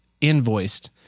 invoiced